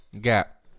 Gap